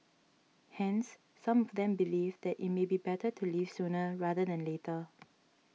hence some of them believe it may be better to leave sooner rather than later